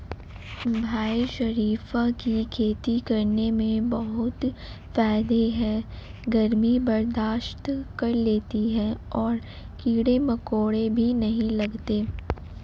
भाई शरीफा की खेती करने में बहुत फायदा है गर्मी बर्दाश्त कर लेती है और कीड़े मकोड़े भी नहीं लगते